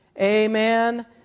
Amen